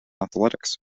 athletics